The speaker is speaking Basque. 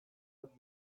bat